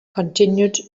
continued